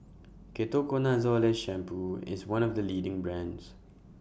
Ketoconazole Shampoo IS one of The leading brands